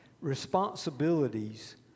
responsibilities